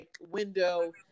window